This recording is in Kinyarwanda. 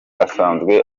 asanzwe